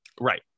Right